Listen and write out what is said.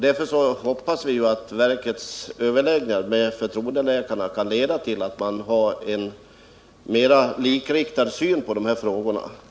Därför hoppas vi att verkets överläggningar med förtroendeläkarna kan leda till en - Nr 40 mer likartad syn på dessa frågor.